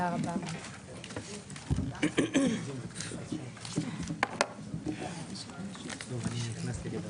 תודה רבה לכל מי שהגיע לדיון